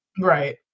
Right